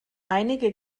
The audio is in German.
einige